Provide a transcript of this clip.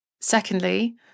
Secondly